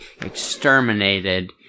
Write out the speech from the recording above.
exterminated